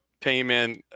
payment